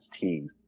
team